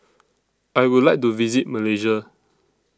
I Would like to visit Malaysia